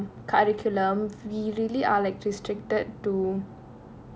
you know um curriculum we really are like restricted to